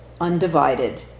undivided